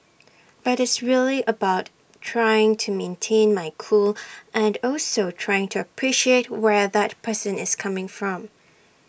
but it's really about trying to maintain my cool and also trying to appreciate where that person is coming from